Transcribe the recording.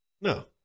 No